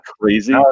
crazy